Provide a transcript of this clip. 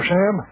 Sam